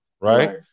Right